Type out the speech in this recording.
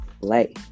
play